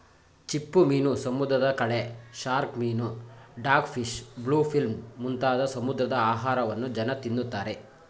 ಚಿಪ್ಪುಮೀನು, ಸಮುದ್ರದ ಕಳೆ, ಶಾರ್ಕ್ ಮೀನು, ಡಾಗ್ ಫಿಶ್, ಬ್ಲೂ ಫಿಲ್ಮ್ ಮುಂತಾದ ಸಮುದ್ರದ ಆಹಾರವನ್ನು ಜನ ತಿನ್ನುತ್ತಾರೆ